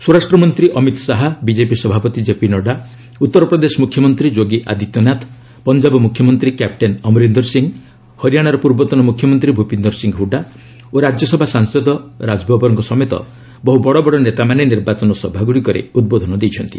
ସ୍ୱରାଷ୍ଟ୍ର ମନ୍ତ୍ରୀ ଅମିତ ଶାହା ବିଜେପି ସଭାପତି ଜେପି ନଡ୍ଥା ଉତ୍ତରପ୍ରଦେଶ ମୁଖ୍ୟମନ୍ତ୍ରୀ ଯୋଗୀ ଆଦିତ୍ୟନାଥ ପଞ୍ଜାବ ମୁଖ୍ୟମନ୍ତ୍ରୀ କ୍ୟାପଟେନ୍ ଅମରିନ୍ଦର ସିଂହ ହରିଆଶାର ପୂର୍ବତନ ମୁଖ୍ୟମନ୍ତ୍ରୀ ଭୂପିନ୍ଦର ସିଂହ ହୁଡ଼ୁ ଓ ରାଜ୍ୟସଭା ସାଂସଦ ରାଜବବରଙ୍କ ସମେତ ବହ୍ର ବଡ଼ବଡ଼ ନେତାମାନେ ନିର୍ବାଚନ ସଭାଗ୍ରଡ଼ିକରେ ଉଦ୍ବୋଧନ ଦେଇଛନ୍ତି